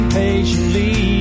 patiently